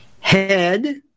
Head